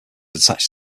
attached